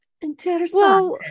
Interesting